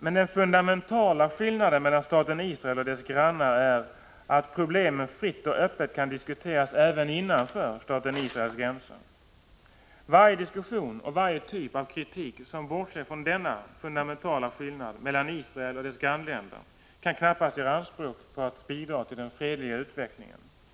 Den fundamentala skillnaden mellan staten Israel och dess grannar är att problemen fritt och öppet kan diskuteras även innanför staten Israels gränser. Varje diskussion och varje typ av kritik som bortser från denna fundamentala skillnad mellan Israel och dess grannländer kan knappast göra anspråk på att bidra till den fredliga utvecklingen.